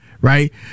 Right